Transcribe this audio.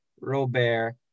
Robert